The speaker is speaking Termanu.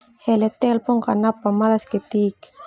Hele telpon karena au pemalas ketik.